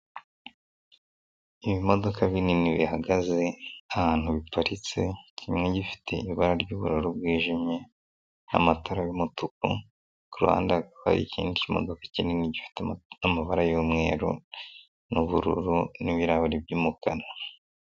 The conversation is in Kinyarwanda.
Ibimodoka binini bihagaze ahantu biparitse, kimwe gifite ibara ry'ubururu bwijimye n'amatara y'umutuku, ku ruhande ikindi kimodoka kinini gifite amabara y'umweru n'ubururu n'ibirahuri by'umukara.